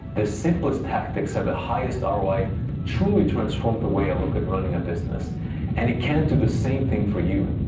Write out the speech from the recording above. the simplest tactics have the highest ah roi truly transformed the way i look at running a business and it can do the same thing for you.